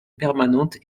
permanente